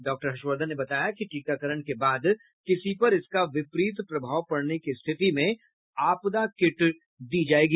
doctor Harshvardhan ने बताया कि टीकाकरण के बाद किसी पर इसका विपरीत प्रभाव पड़ने की रिथति में आपात किट दी जाएगी